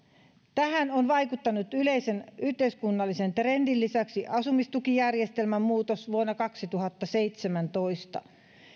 tähän on vaikuttanut yleisen yhteiskunnallisen trendin lisäksi asumistukijärjestelmän muutos vuonna kaksituhattaseitsemäntoista